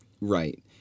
Right